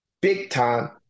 big-time